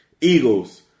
Eagles